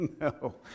no